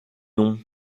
nom